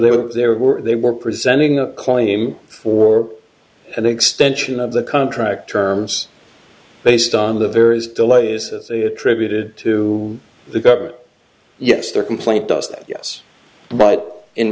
they were there were they were presenting a claim or an extension of the contract terms based on the various delays that they attributed to the government yes their complaint does that yes but in